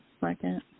second